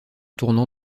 tournant